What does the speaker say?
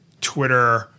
Twitter